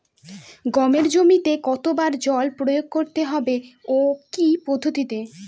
গমের জমিতে কতো বার জল প্রয়োগ করতে হবে ও কি পদ্ধতিতে?